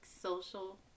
social